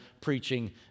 preaching